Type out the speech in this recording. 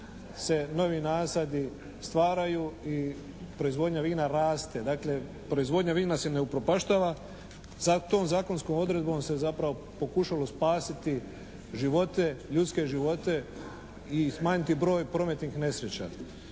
se novi nasadi stvaraju i proizvodnja vina raste. Dakle, proizvodnja vina se ne upropaštava. To zakonskom odredbom se zapravo pokušalo spasiti živote, ljudske živote i smanjiti broj prometnih nesreća.